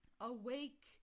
Awake